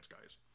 guys